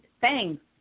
thanks